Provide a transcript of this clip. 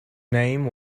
name